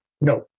No